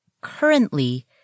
currently